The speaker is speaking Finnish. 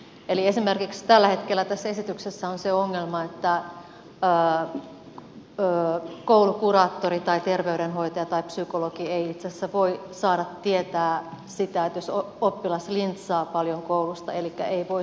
eli esimerkiksi tällä hetkellä tässä esityksessä on se ongelma että koulukuraattori tai terveydenhoitaja tai psykologi ei itse asiassa voi saada tietää sitä jos oppilas lintsaa paljon koulusta elikkä hän ei voi siihen puuttua